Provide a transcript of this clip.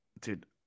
dude